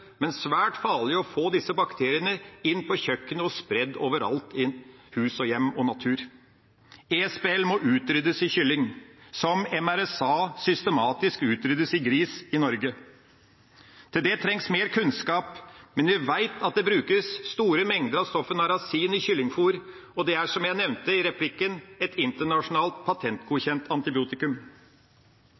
men det er svært farlig å få disse bakteriene inn på kjøkkenet og spredd overalt i hus og hjem og natur. ESBL må utryddes i kylling, som LA-MRSA systematisk utryddes i gris i Norge. Til det trengs mer kunnskap, men vi vet at det brukes store mengder av stoffet narasin i kyllingfôr, og det er, som jeg nevnte i replikken, et internasjonalt patentgodkjent antibiotikum.